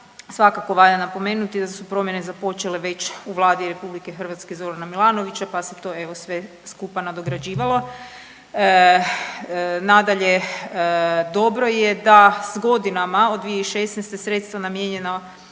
Svakako valja napomenuti da su promjene započele već u Vladi RH Zorana Milanovića pa se to evo sve skupa nadograđivalo. Nadalje, dobro da s godinama od 2016. sredstva namijenjena